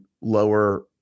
lower